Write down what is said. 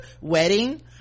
wedding